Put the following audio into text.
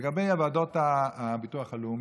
לגבי ועדות הביטוח הלאומי,